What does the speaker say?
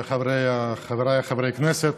חבריי חברי הכנסת,